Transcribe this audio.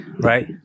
right